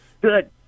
Good